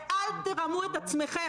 ואל תרמו את עצמכם.